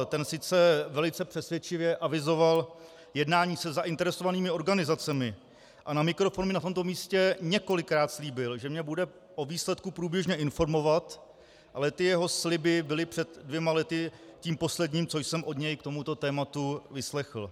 Ten sice velice přesvědčivě avizoval jednání se zainteresovanými organizacemi a na mikrofon mi na tomto místě několikrát slíbil, že mě bude o výsledku průběžně informovat, ale ty jeho sliby byly před dvěma lety tím posledním, co jsem od něj k tomuto tématu vyslechl.